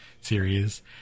series